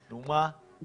נו, מה?